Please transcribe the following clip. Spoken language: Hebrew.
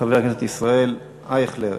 חבר הכנסת ישראל אייכלר,